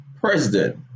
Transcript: president